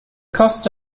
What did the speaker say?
cost